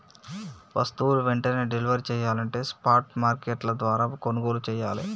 వస్తువులు వెంటనే డెలివరీ చెయ్యాలంటే స్పాట్ మార్కెట్ల ద్వారా కొనుగోలు చెయ్యాలే